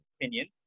opinion